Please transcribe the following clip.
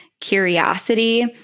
curiosity